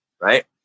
right